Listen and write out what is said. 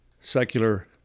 secular